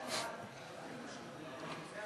ההצעה להעביר את הצעת חוק השידור הציבורי הישראלי (תיקון מס'